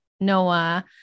Noah